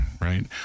right